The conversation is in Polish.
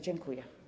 Dziękuję.